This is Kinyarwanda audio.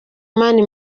mani